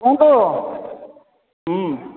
କୁହନ୍ତୁ ହୁଁ